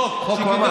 חוק.